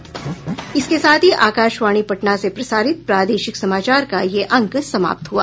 इसके साथ ही आकाशवाणी पटना से प्रसारित प्रादेशिक समाचार का ये अंक समाप्त हुआ